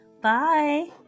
Bye